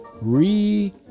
re-